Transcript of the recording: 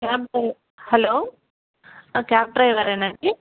cab డ్రై hello cab డ్రైవరేనాండి